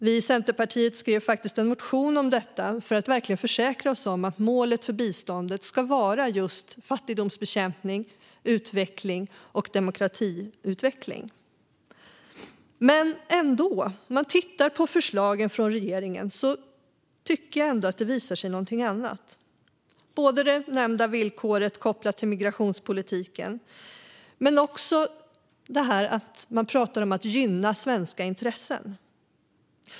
Vi i Centerpartiet skrev en motion om det för att verkligen försäkra oss om att målet för biståndet ska vara just fattigdomsbekämpning, utveckling och demokratiutveckling. Men när man tittar på förslagen från regeringen tycker jag ändå att det visar sig någonting annat. Det gäller det nämnda villkoret kopplat till migrationspolitiken men också att man talar om att gynna svenska intressen.